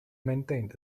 maintained